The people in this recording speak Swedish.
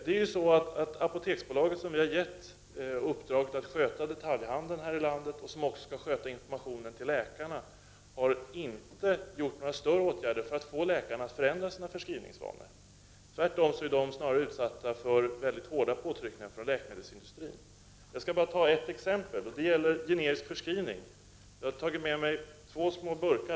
Det är ju så att Apoteksbolaget, som vi har gett uppdraget att sköta detaljhandeln här i landet och som också skall sköta informationen till läkarna, inte har gjort några större insatser för att få läkarna att förändra sina förskrivningsvanor. Tvärtom är de snarast utsatta för hårda påtryckningar från läkemedelsindustrin. Låt mig ta ett exempel. Det gäller generisk förskrivning. Jag har tagit med mig två små burkar.